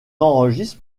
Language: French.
enregistre